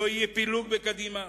לא יהיה פילוג בקדימה.